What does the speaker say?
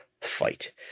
Fight